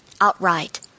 outright